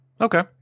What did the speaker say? Okay